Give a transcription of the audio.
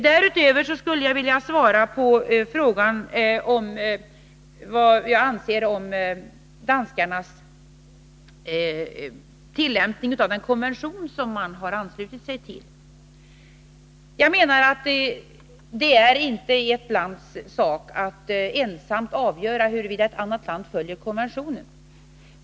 På frågan om vad jag anser om danskarnas tillämpning av den konvention som de har anslutit sig till skulle jag vilja svara följande. Jag menar att det inte är ett lands sak att ensamt avgöra huruvida ett annat land följer konventionen.